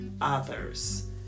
others